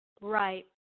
Right